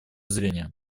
зрения